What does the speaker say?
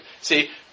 see